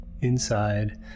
inside